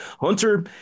Hunter